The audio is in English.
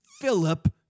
Philip